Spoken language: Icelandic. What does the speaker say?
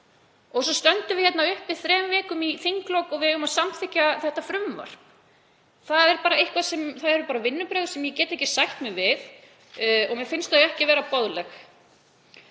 Svo stöndum við hér uppi þremur vikum fyrir þinglok og eigum að samþykkja þetta frumvarp. Það eru bara vinnubrögð sem ég get ekki sætt mig við og mér finnst þau ekki vera boðleg.